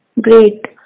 Great